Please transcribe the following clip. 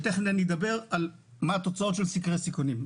ותיכף אני אדבר על התוצאות של סקרי סיכונים.